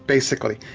basically.